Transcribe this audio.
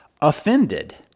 offended